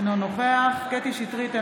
אינו נוכח קטי קטרין שטרית,